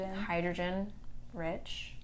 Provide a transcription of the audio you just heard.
hydrogen-rich